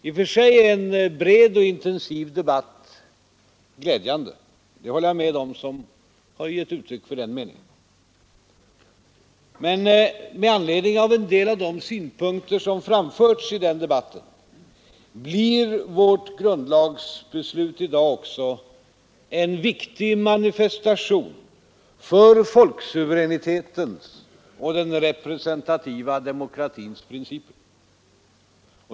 I och för sig är en bred och intensiv debatt glädjande — jag håller med dem som har gett uttryck för den meningen — men med anledning av en del av de synpunkter som har framförts i den debatten blir vårt grundlagsbeslut i dag en viktig manifestation för folksuveränitetens och den representativa demokratins principer.